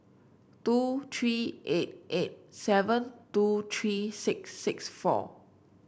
two three eight eight seven two three six six four